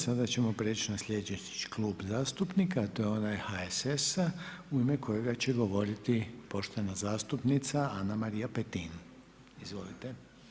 Sada ćemo preći na slijedeći Klub zastupnika a to je onaj HSS-a u ine kojega će govoriti poštovana zastupnica Ana-Marija Petin, izvolite.